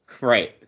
right